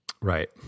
Right